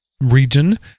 region